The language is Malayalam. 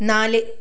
നാല്